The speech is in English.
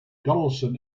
donaldson